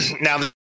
Now